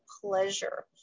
pleasure